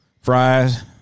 fries